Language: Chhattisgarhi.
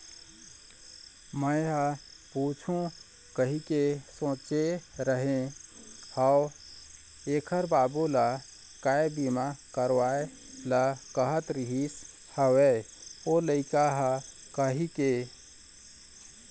मेंहा पूछहूँ कहिके सोचे रेहे हव ऐखर बाबू ल काय बीमा करवाय ल कहत रिहिस हवय ओ लइका ह कहिके